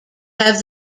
have